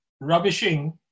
rubbishing